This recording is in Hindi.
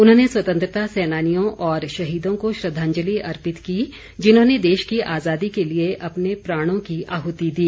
उन्होंने स्वतंत्रता सैनानियों और शहीदों को श्रद्वांजलि अर्पित की जिन्होंने देश की आजादी के लिए अपने प्राणों की आहुति दी